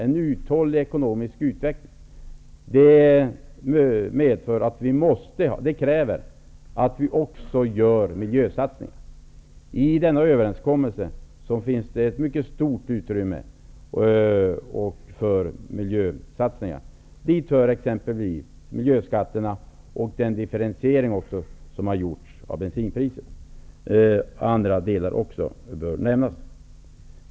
En uthållig ekonomisk utveckling förutsätter att vi också gör miljösatsningar. I överenskommelsen finns ett mycket stort utrymme för miljösatsningar. Dit hör exempelvis miljöskatterna och differentieringen av bensinpriset. Även andra avsnitt gynnar miljön.